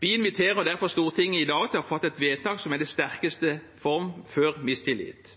Vi inviterer derfor i dag Stortinget til å fatte et vedtak som er det sterkeste før mistillit.